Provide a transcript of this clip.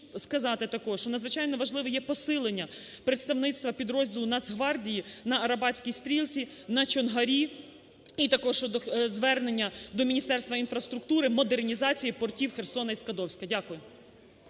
сказати також, що надзвичайно важливо є посилення представництва підрозділу Нацгвардії на Арабатській стрілці, наЧонгарі. І також щодо звернення до Міністерства інфраструктури модернізації портів Херсона і Скадовська. Дякую.